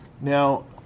Now